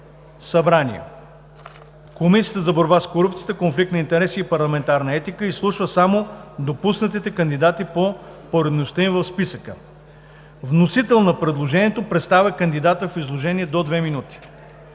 събрание. 2. Комисията за борба с корупцията, конфликт на интереси и парламентарна етика изслушва само допуснатите кандидати по поредността им в списъка. 3. Вносител на предложението представя кандидата в изложение до 2 минути.